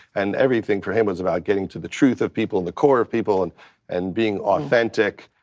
and everything for him was about getting to the truth of people and the core of people and and being authentic.